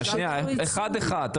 אחד-אחד,